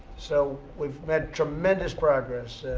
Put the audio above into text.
so we've met tremendous progress.